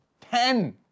Ten